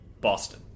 Boston